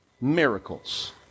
miracles